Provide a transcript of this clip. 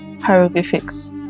hieroglyphics